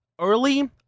early